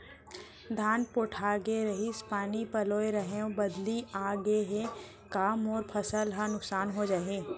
धान पोठागे रहीस, पानी पलोय रहेंव, बदली आप गे हे, का मोर फसल ल नुकसान हो जाही?